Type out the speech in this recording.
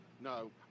No